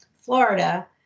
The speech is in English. Florida